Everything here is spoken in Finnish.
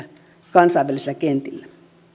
kansainvälisillä kentillä